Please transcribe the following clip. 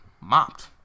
mopped